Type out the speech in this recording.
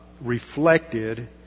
reflected